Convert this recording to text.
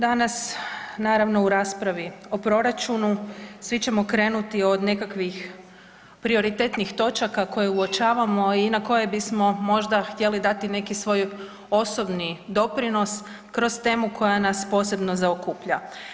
Danas naravno u raspravi o proračunu, svi ćemo krenuti od nekakvih prioritetnih točaka koje uočavamo i na koje bismo možda htjeli dati neki svoj osobni doprinos kroz temu koja nas posebno zaokuplja.